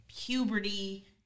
puberty